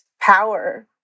power